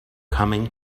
coming